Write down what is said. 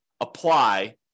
apply